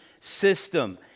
system